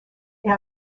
est